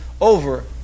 over